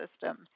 system